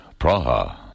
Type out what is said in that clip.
Praha